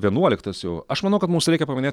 vienuoliktas jau aš manau kad mums reikia paminėt